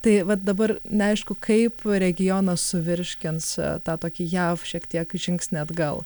tai vat dabar neaišku kaip regionas suvirškins tą tokį jav šiek tiek žingsnį atgal